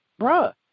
bruh